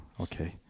okay